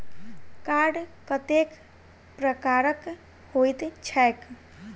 Card कतेक प्रकारक होइत छैक?